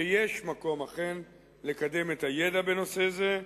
שיש מקום אכן לקדם את הידע בנושא זה,